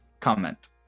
comment